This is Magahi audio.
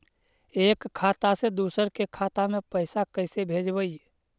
एक खाता से दुसर के खाता में पैसा कैसे भेजबइ?